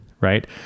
right